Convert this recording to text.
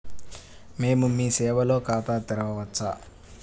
మేము మీ సేవలో ఖాతా తెరవవచ్చా?